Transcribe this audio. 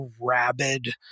rabid